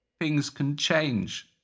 things can change!